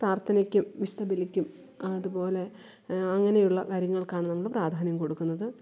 പ്രാര്ത്ഥനക്കും വിശുദ്ധ ബലിക്കും അതുപോലെ അങ്ങനെയുള്ള കാര്യങ്ങള്ക്കാണ് നമ്മൾ പ്രാധാന്യം കൊടുക്കുന്നത്